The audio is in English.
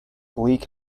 bleak